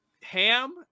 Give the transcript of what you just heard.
ham